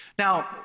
Now